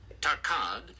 Tarkad